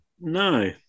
No